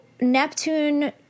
Neptune